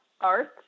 Art